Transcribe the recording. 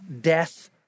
death